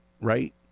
right